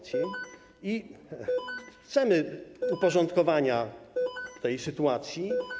Chcemy uporządkowania tej sytuacji.